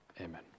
amen